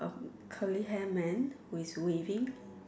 of curly hair man who is waving